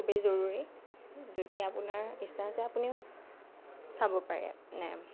খুবেই জৰুৰী যদি আপোনাৰ ইচ্ছা যায় আপুনিও চাব পাৰে মানে